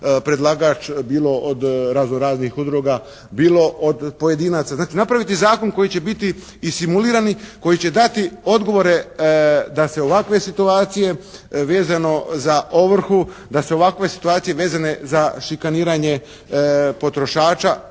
predlagač bilo od razno raznih udruga, bilo od pojedinaca. Znači, napraviti zakon koji će biti i simulirani, koji će dati odgovore da se ovakve situacije vezano za ovrhu da se ovakve situacije vezane za šikaniranje potrošača